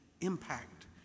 impact